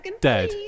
dead